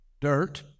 dirt